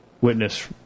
witness